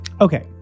Okay